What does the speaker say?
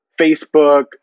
Facebook